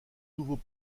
nouveau